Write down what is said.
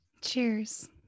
Cheers